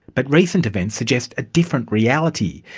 but recent events suggest a different reality.